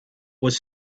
was